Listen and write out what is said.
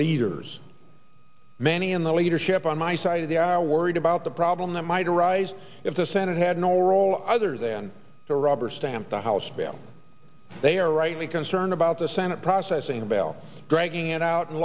leaders many in the leadership on my side of the are worried about the problem that might arise if the senate had no role other than to rubber stamp the house bill they are rightly concerned about the senate processing a bail dragging it out and